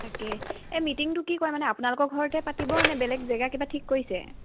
তাকে এই মিটিংটো কি কৰে মানে আপোনালোকৰ ঘৰতে পাতিব নে বেলেগ জেগা কিবা ঠিক কৰিছে